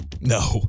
No